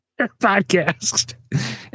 podcast